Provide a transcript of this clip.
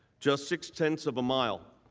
just six ten of a mile